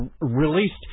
released